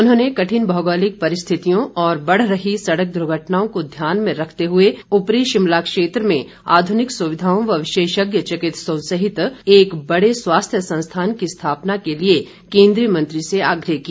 उन्होंने कठिन भौगोलिक परिस्थितियों और बढ़ रही सड़क दुर्घटनाओं को ध्यान में रखते हुए ऊपरी शिमला क्षेत्र में आध्निक सुविधाओं व विशेषज्ञ चिकित्सकों सहित एक बड़े स्वास्थ्य संस्थान की स्थापना के लिए केन्द्रीय मंत्री से आग्रह किया